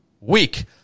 Week